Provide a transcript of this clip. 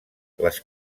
les